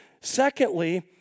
Secondly